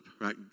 right